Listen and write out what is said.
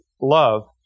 love